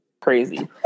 crazy